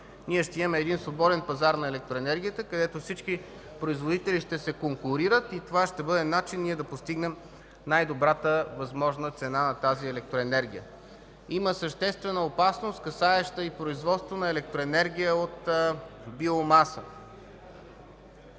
Ще имаме свободен пазар на електроенергия, където всички производители ще се конкурират и това ще бъде начин да постигнем най-добрата възможна цена на тази електроенергия. Има съществена опасност, касаеща и производството на електроенергия от биомаса.